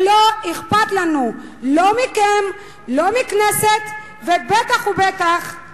לא אכפת לנו, לא מכם, לא מהכנסת, ובטח ובטח זה